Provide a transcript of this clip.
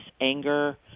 anger